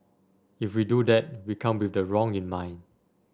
if we do that we come with the wrong in mind